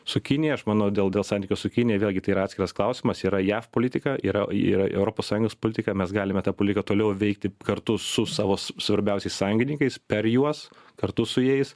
su kinija aš manau dėl dėl santykio su kinija vėlgi tai yra atskiras klausimas yra jav politika yra į e europos sąjungos politika mes galime tą poliką toliau veikti kartu su savo s svarbiausiais sąjungininkais per juos kartu su jais